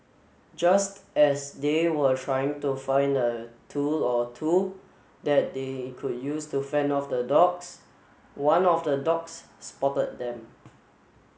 just as they were trying to find a tool or two that they could use to fend off the dogs one of the dogs spotted them